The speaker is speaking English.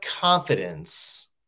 confidence